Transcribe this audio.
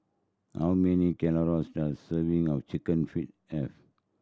how many calories does serving of Chicken Feet have